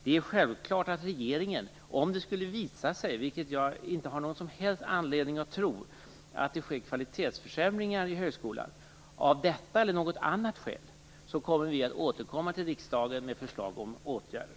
Det är självklart att regeringen om det, av detta eller något annat skäl, sker kvalitetsförsämringar i högskolan - vilket jag inte har någon som helst anledning att tro - kommer att återkomma till riksdagen med förslag till åtgärder.